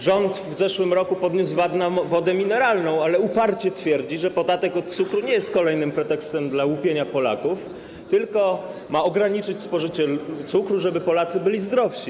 Rząd w zeszłym roku podniósł VAT na wodę mineralną, ale uparcie twierdzi, że podatek od cukru nie jest kolejnym pretekstem do łupienia Polaków, tylko ma ograniczyć spożycie cukru, żeby Polacy byli zdrowsi.